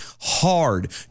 hard